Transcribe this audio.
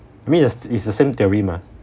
I mean is the is the same theory mah